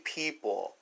people